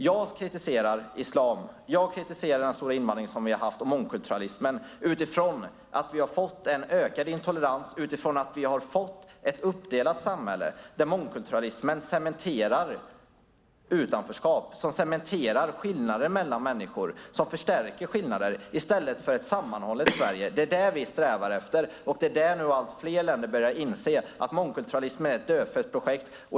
Jag kritiserar islam, och jag kritiserar den stora invandring som vi har haft och mångkulturalismen utifrån att vi har fått en ökad intolerans och utifrån att vi har fått ett uppdelat samhälle där mångkulturalismen cementerar utanförskap och cementerar och förstärker skillnader mellan människor i stället för att skapa ett sammanhållet Sverige. Det är det som vi strävar efter. Allt fler länder börjar inse att mångkulturalismen är ett dödfött projekt.